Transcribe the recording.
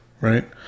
right